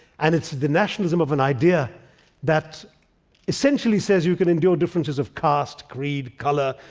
and it's the nationalism of an idea that essentially says you can endure differences of caste, creed, color,